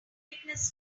witness